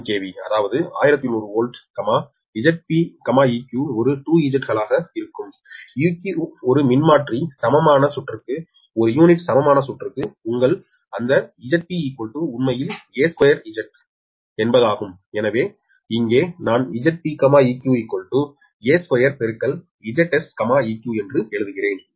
1 KV அதாவது 1100 volt Zpeq ஒரு 2Z களாக இருக்கும் eq ஒரு மின்மாற்றி சமமான சுற்றுக்கு ஒரு யூனிட் சமமான சுற்றுக்கு உங்கள் வழித்தோன்றல் அந்த Zp உண்மையில் a2Z கள் எனவே இங்கே நான் Zpeq a2 Zseq என்று எழுதுகிறேன்